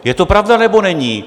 Je to pravda, nebo není?